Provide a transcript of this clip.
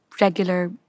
regular